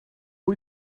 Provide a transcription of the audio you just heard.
pwy